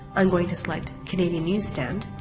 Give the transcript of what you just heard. i'm going to select canadian newstand.